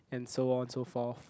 and so on so forth